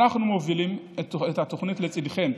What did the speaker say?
אנחנו מובילים את התוכנית "לצידכם,